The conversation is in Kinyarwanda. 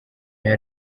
yari